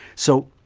so